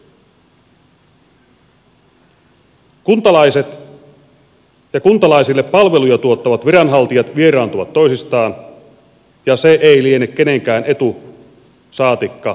kuntalaiset ja kuntalaisille palveluja tuottavat viranhaltijat vieraantuvat toisistaan ja se ei liene kenenkään etu saatikka tavoite